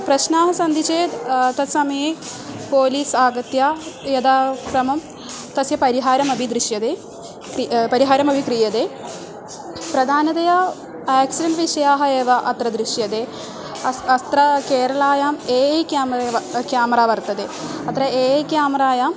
प्रश्नाः सन्ति चेत् तत्समये पोलिस् आगत्य यदा क्रमः तस्य परिहारमपि दृश्यते क्रि परिहारमपि क्रियते प्रधानतया एक्सिडेण्ट् विषयाः एव अत्र दृश्यते अस् अत्र केरलायाम् ए ऐ क्यामरेव क्यामरा वर्तते अत्र ए ऐ क्यामरायां